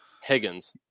Higgins